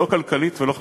לא כלכלית ולא חברתית.